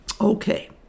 Okay